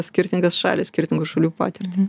skirtingas šalis skirtingų šalių patirtį